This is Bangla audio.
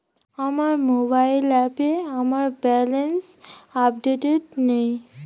আমার মোবাইল অ্যাপে আমার ব্যালেন্স আপডেটেড নেই